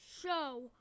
show